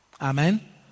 Amen